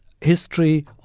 history